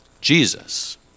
Jesus